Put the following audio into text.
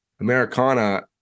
Americana